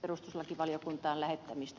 arvoisa puhemies